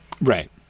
Right